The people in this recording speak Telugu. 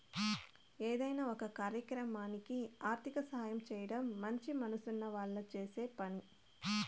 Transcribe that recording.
ఏదైనా ఒక కార్యక్రమానికి ఆర్థిక సాయం చేయడం మంచి మనసున్న వాళ్ళు చేసే పని